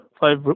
five